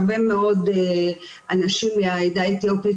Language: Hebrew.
יוסי הראל-פיש,